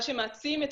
מה שמעצים את